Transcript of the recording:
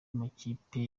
makipe